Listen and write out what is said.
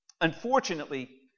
Unfortunately